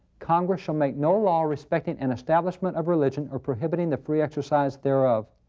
congress shall make no law respecting an establishment of religion or prohibiting the free exercise thereof.